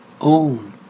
own